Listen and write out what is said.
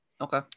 Okay